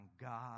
God